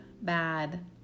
bad